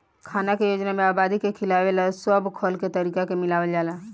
खाना के योजना में आबादी के खियावे ला सब खल के तरीका के मिलावल जाला